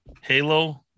Halo